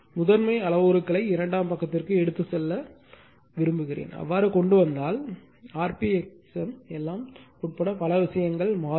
முதன்மை அளவுருக்களை இரண்டாம் பக்கத்திற்கு எடுத்துச் செல்ல விரும்புகிறேன் அவ்வாறு கொண்டு வந்தால் rp xm எல்லாம் உட்பட பல விஷயங்கள் மாறும்